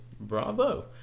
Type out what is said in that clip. bravo